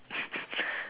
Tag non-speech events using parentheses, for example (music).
(laughs)